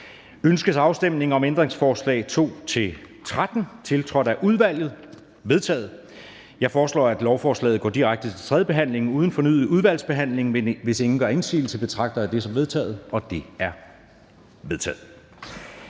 Ønskes afstemning om ændringsforslag nr. 2-13, tiltrådt af udvalget? De er vedtaget. Jeg foreslår, at lovforslaget går direkte til tredje behandling uden fornyet udvalgsbehandling, og hvis ingen gør indsigelse, betragter jeg det som vedtaget. Det er vedtaget.